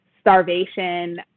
starvation